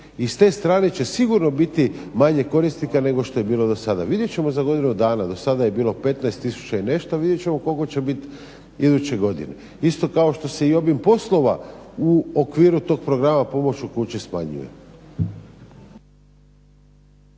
I s te strane će sigurno biti manje korisnika nego što je bilo dosada. Vidjet ćemo za godinu dana, dosada je bilo 15 tisuća i nešto, vidjet ćemo iduće godine. Isto kao što se i obim poslova u okviru tog programa "Pomoć u kući" smanjuje.